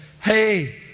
Hey